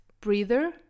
breather